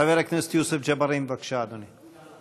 חבר הכנסת יוסף ג'בארין, בבקשה, אדוני.